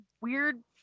weird